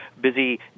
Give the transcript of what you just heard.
busy